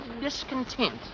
discontent